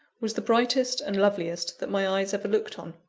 was the brightest and loveliest that my eyes ever looked on.